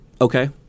okay